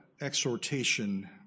exhortation